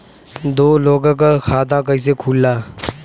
दो लोगक खाता कइसे खुल्ला?